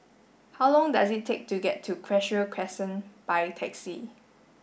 how long does it take to get to Cashew Crescent by taxi